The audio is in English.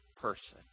person